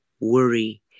worry